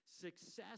success